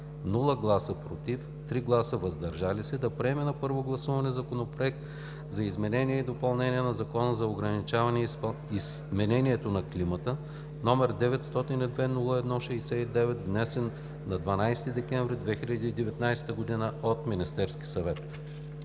без „против“ и 3 гласа „въздържал се“ да приеме на първо гласуване Законопроект за изменение и допълнение на Закона за ограничаване изменението на климата, № 902-01-69, внесен на 12 декември 2019 г. от Министерския съвет.“